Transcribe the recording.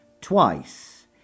twice